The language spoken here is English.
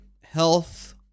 health